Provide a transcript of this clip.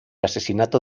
asesinato